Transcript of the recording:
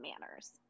manners